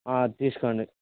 తీసుకోండి